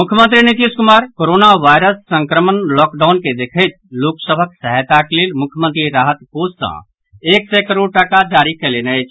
मुख्यमंत्री Nitish Kumar corona virus संक्रमण lockdown के देखैत लोक सभक सहायताक लेल मुख्यमंत्री राहत कोष सँ एक सय करोड़ टाका जारी कयलनि अछि